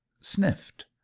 sniffed